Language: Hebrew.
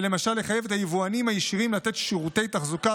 ולמשל לחייב את היבואנים הישירים לתת שירותי תחזוקה